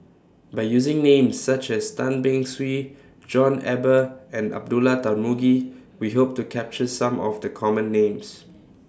By using Names such as Tan Beng Swee John Eber and Abdullah Tarmugi We Hope to capture Some of The Common Names